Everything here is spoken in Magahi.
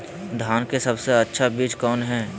धान की सबसे अच्छा बीज कौन है?